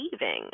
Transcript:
leaving